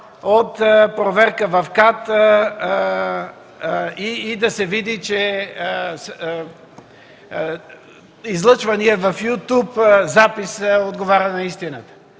от проверка в КАТ и да се види, че излъчваният в YouTube запис отговаря на истината.